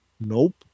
Nope